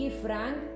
frank